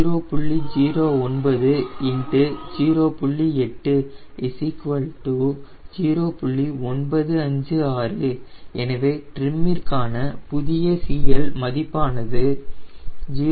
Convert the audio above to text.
956 எனவே என்னுடைய ட்ரிம்மிற்கான புதிய CL மதிப்பானது 0